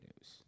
news